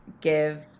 give